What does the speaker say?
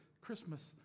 Christmas